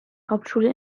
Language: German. hauptschule